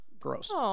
gross